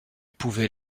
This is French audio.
pouvait